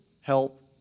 help